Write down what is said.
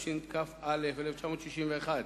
התשכ"א 1961,